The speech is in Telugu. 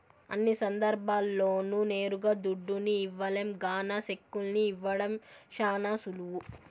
అన్ని సందర్భాల్ల్లోనూ నేరుగా దుడ్డుని ఇవ్వలేం గాన సెక్కుల్ని ఇవ్వడం శానా సులువు